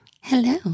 hello